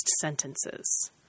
sentences